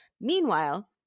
Meanwhile